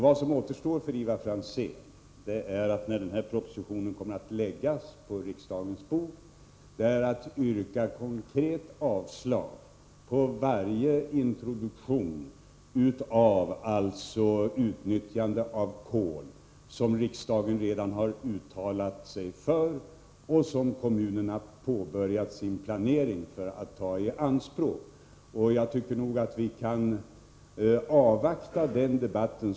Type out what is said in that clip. Vad som återstår för Ivar Franzén när propositionen läggs på riksdagens bord är att konkret yrka avslag på varje introduktion utom utnyttjande av kol som riksdagen redan har uttalat sig för och som kommunerna börjat planera för att ta i anspråk. Jag tycker att vi kan avvakta den debatten.